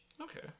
Okay